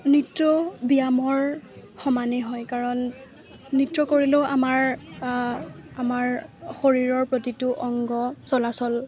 নৃত্য ব্যায়ামৰ সমানেই হয় কাৰণ নৃত্য কৰিলেও আমাৰ আমাৰ শৰীৰৰ প্ৰতিটো অংগ চলাচল